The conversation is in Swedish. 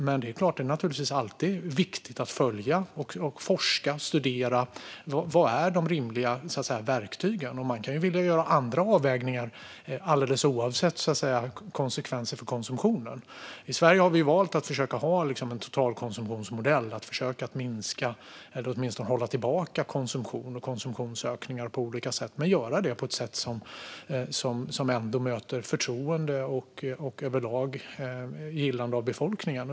Men det är alltid viktigt att följa, forska och studera vad som är rimliga verktyg. Och man kan vilja göra andra avvägningar, alldeles oavsett konsekvenser för konsumtionen. I Sverige har vi valt att ha en totalkonsumtionsmodell, att försöka minska eller åtminstone hålla tillbaka konsumtion och konsumtionsökningar på olika sätt men på ett sätt som ändå möter förtroende och överlag gillande hos befolkningen.